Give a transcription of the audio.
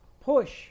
push